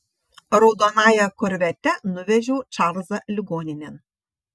raudonąja korvete nuvežiau čarlzą ligoninėn